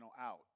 out